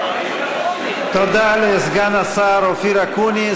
תודה לסגן השר אופיר אקוניס.